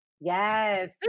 Yes